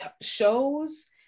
shows